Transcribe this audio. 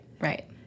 right